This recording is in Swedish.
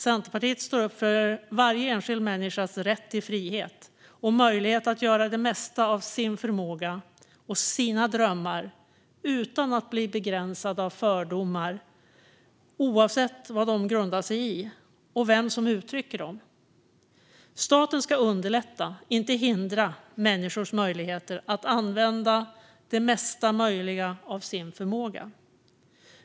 Centerpartiet står upp för varje enskild människas rätt till frihet och möjlighet att göra det mesta av sin förmåga och sina drömmar utan att bli begränsad av fördomar, oavsett vad dessa grundar sig i och vem som uttrycker dem. Staten ska underlätta, inte hindra, människors möjligheter att använda det mesta möjliga av sin förmåga.